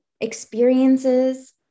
Experiences